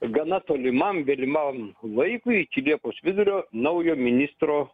gana tolimam galimam laikui iki liepos vidurio naujo ministro